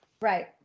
Right